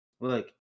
Look